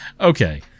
okay